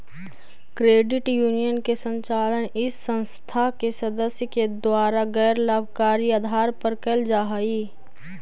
credit union के संचालन इस संस्था के सदस्य के द्वारा गैर लाभकारी आधार पर कैल जा हइ